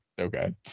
Okay